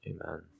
Amen